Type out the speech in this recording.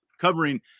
covering